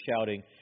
shouting